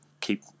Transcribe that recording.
keep